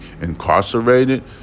incarcerated